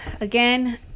again